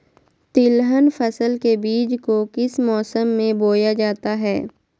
तिलहन फसल के बीज को किस मौसम में बोया जाता है?